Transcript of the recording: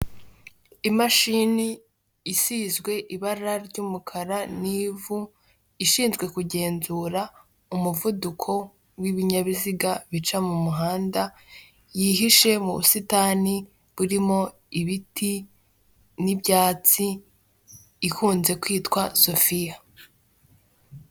Imashini isizwe ibara ry'umukara n'ivu ishinzwe kugenzura umuvuduko w'ibinyabiziga bica mu muhanda, yihishe mu busitani buririmo ibiti n'ibyatsi, ikunze kwitwa sopfia